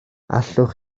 allwch